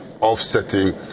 offsetting